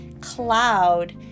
cloud